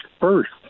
first